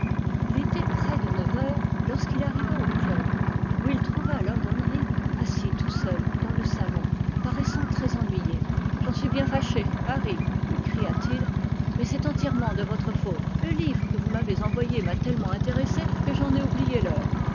il était près de neuf heures lorsqu'il arriva au club où il trouva lord henry assis tout seul dans le salon paraissant très ennuyé j'en suis bien fâché harry lui cria-t-il mais c'est entièrement de votre faute le livre que vous m'avez envoyé m'a tellement intéressé que j'en ai oublié l'heure